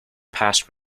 passed